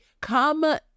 come